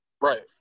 Right